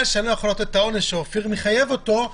שאני לא יכול לתת את העונש שאופיר מחייב אותו,